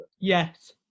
yes